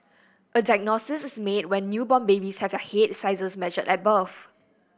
a diagnosis is made when newborn babies have their head sizes measured at birth